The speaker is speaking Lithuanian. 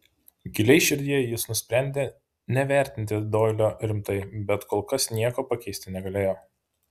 giliai širdyje jis nusprendė nevertinti doilio rimtai bet kol kas nieko pakeisti negalėjo